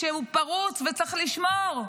שהוא פרוץ וצריך לשמור.